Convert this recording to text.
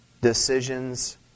decisions